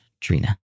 Trina